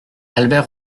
albert